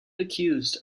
accused